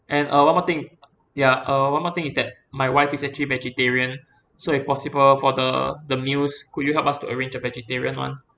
and uh one more thing ya uh one more thing is that my wife is actually vegetarian so if possible for the the meals could you help us to arrange a vegetarian one